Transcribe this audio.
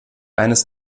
eines